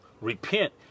repent